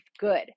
good